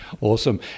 Awesome